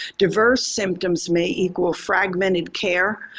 diverse symptoms may equal fragmented care,